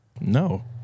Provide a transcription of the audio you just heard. No